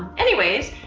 anyways,